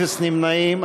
אפס נמנעים.